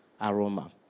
aroma